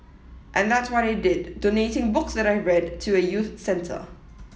and that's what I did donating books that I've read to a youth centre